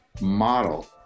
model